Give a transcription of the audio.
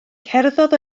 cerddodd